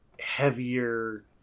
heavier